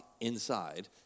inside